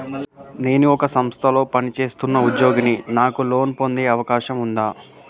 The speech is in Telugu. నేను ఒక సంస్థలో పనిచేస్తున్న ఉద్యోగిని నాకు లోను పొందే అవకాశం ఉందా?